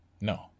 No